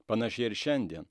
panašiai ir šiandien